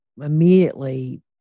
immediately